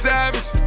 Savage